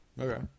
Okay